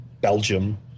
Belgium